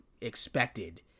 expected